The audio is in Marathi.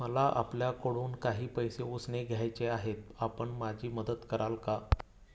मला आपल्याकडून काही पैसे उसने घ्यायचे आहेत, आपण माझी मदत कराल का?